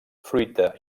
fruita